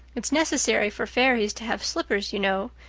it's necessary for fairies to have slippers, you know.